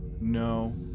No